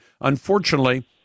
unfortunately